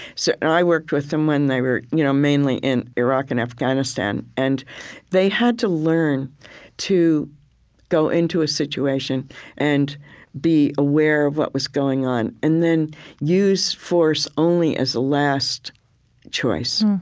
so i worked with them when they were you know mainly in iraq and afghanistan, and they had to learn to go into a situation and be aware of what was going on and then use force only as a last choice.